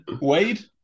Wade